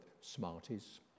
Smarties